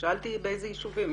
באיזה ישובים.